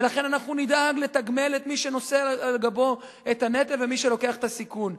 ולכן אנחנו נדאג לתגמל את מי שנושא על גבו את הנטל ומי שלוקח את הסיכון.